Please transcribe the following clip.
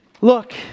Look